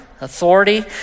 authority